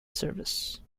service